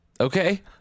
Okay